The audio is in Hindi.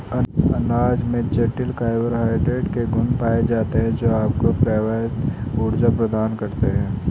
अनाज में जटिल कार्बोहाइड्रेट के गुण पाए जाते हैं, जो आपको पर्याप्त ऊर्जा प्रदान करते हैं